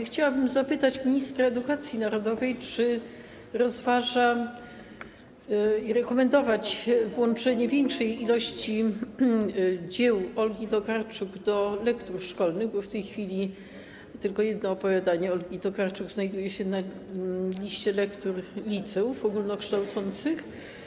Chciałabym zapytać ministra edukacji narodowej, czy rozważa rekomendowanie włączenia większej ilości dzieł Olgi Tokarczuk do lektur szkolnych, bo w tej chwili tylko jedno opowiadanie Olgi Tokarczuk znajduje się na liście lektur w liceach ogólnokształcących.